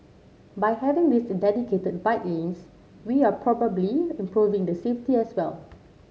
by having these dedicated bike lanes we're probably improving the safety as well